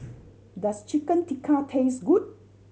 does Chicken Tikka taste good